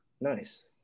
Nice